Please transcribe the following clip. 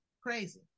crazy